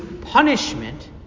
punishment